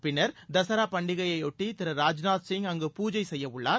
பின்னர் தசரா பண்டிகையையொட்டி திரு ராஜ்நாத் சிங் அங்கு பூஜை செய்ய உள்ளார்